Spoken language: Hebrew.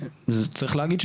צריך להגיד,